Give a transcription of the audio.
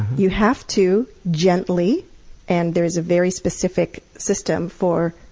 you have to gently and there is a very specific system for